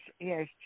yes